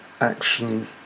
action